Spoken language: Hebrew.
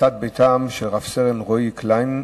הריסת בתיהם של רב-סרן רועי קליין,